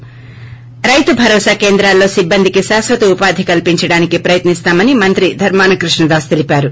ి రైతు భరోసా కేంద్రాల్లో సిబ్బందికి శాశ్వత ఉపాధి కల్పించడానికి ప్రయత్నిస్తామని మంత్రి ధర్మాన కృష్ణదాస్ తెలిపారు